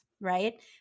right